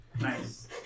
Nice